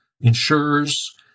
insurers